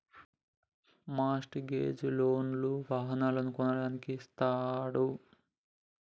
mart gauge లోన్ లు వాహనాలను కొనడానికి ఇస్తాండ్రు